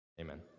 Amen